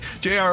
Jr